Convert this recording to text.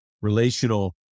relational